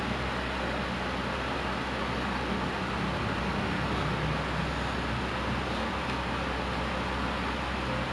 like from eating kambing it's just that bad but she got like high blood pressure all which is like bad ah